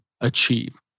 achieve